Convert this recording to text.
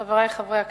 חברי חברי הכנסת,